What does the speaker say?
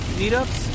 meetups